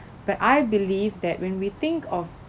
but I believe that when we think of